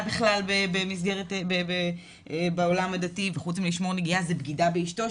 בכלל בעולם הדתי וחוץ מלשמור נגיעה זו בגידה באשתו,